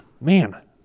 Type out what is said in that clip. man